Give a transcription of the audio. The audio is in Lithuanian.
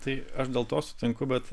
tai aš dėl to sutinku bet